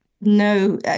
no